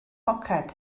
poced